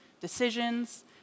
decisions